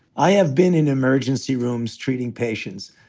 i have been in emergency rooms treating patients.